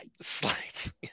slides